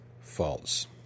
false